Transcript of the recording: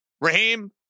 Raheem